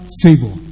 favor